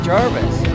Jarvis